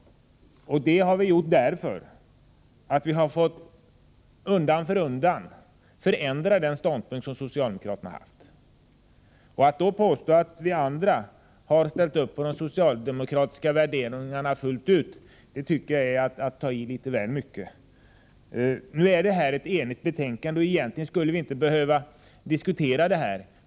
Det har vi gjort därför att vi undan för undan har fått förändra den ståndpunkt som socialdemokraterna intagit. Att då påstå att vi andra har ställt upp på de socialdemokratiska värderingarna fullt ut — det tycker jag är att ta i litet väl mycket. Nu föreligger här ett enigt betänkande, och egentligen skulle vi inte behöva diskutera detta.